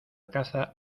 caza